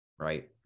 Right